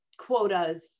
Quotas